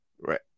Right